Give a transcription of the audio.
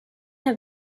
have